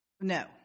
no